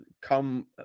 come